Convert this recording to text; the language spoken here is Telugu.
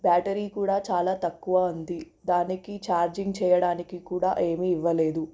బ్యాటరీ కూడా చాల తక్కువ ఉంది దానికి ఛార్జింగ్ చేయడానికి కూడా ఏమీ ఇవ్వలేదు